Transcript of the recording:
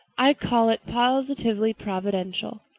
i call it positively providential.